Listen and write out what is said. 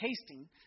tasting